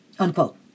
unquote